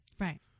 right